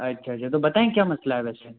अच्छा अच्छा तो बताएँ क्या मसला है वैसे